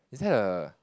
is that a